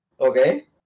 okay